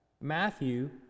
Matthew